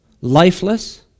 lifeless